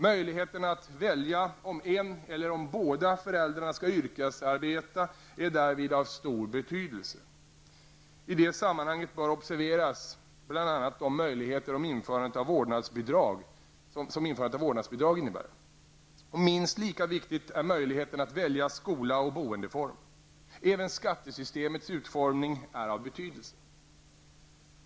Möjligheterna att välja om en eller om båda föräldrarna skall yrkesarbeta är därvid av stor betydelse. I detta sammanhang bör observeras bl.a. de möjligheter som införandet av vårdnadsbidrag innebär. Minst lika viktig är möjligheten att välja skola och boendeform. Även skattesystemets utformning är av betydelse.